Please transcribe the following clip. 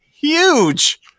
huge